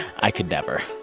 i could never.